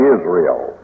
Israel